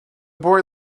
boy